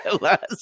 Last